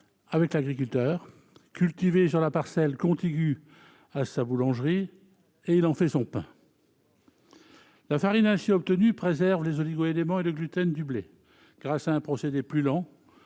avec l'agriculteur, cultivé sur la parcelle contiguë à sa boulangerie, et ainsi faire son pain. La farine obtenue préserve les oligoéléments et le gluten du blé, grâce à un procédé plus lent